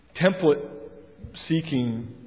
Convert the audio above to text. template-seeking